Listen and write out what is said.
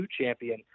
champion